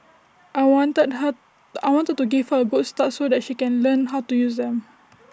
I wanted her I wanted to give her A good start so that she can learn how to use them